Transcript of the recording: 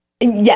Yes